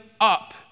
up